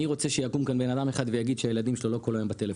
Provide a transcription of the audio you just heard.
ואני רוצה שיקום כאן בן אדם אחד ויגיד שהילדים שלו לא כל היום בטלפון.